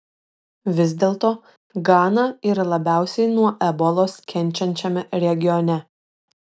vis dėlto gana yra labiausiai nuo ebolos kenčiančiame regione